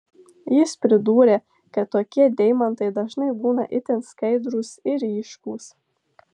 jis pridūrė kad tokie deimantai dažnai būna itin skaidrūs ir ryškūs